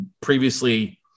previously